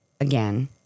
again